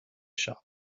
shop